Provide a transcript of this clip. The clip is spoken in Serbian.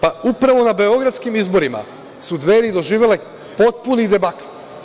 Pa, upravo na beogradskim izborima su Dveri doživeli potpuni debakl.